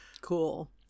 Cool